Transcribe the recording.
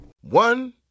one